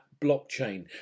blockchain